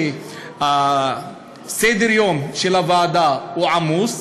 אומנם סדר-היום של הוועדה עמוס,